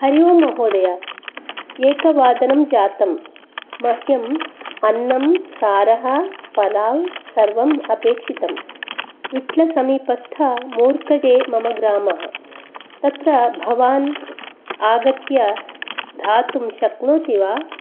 हरि ओम् महोदयः एकवादनं जातम् मह्यम् अन्नं सारः पलाव् सर्वम् अपेक्षितम् विट्लसमीपस्थ मुर्कजे मम ग्रामः तत्र भवान् आगत्य धातुं शक्नोति वा